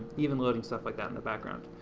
even loading stuff like that in the background.